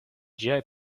ĝiaj